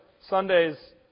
Sundays